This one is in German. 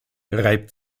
reibt